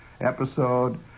episode